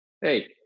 hey